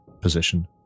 position